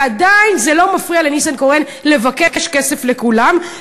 ועדיין זה לא מפריע לניסנקורן לבקש כסף לכולם,